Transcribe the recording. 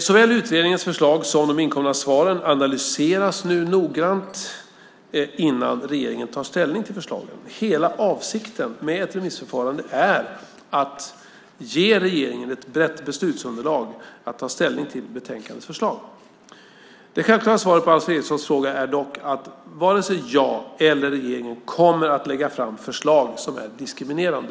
Såväl utredningens förslag som de inkomna svaren analyseras nu noggrant innan regeringen tar ställning till förslagen. Hela avsikten med ett remissförfarande är att ge regeringen ett brett beslutsunderlag när den ska ta ställning till betänkandets förslag. Det självklara svaret på Alf Erikssons fråga är dock att varken jag eller regeringen kommer att lägga fram förslag som är diskriminerande.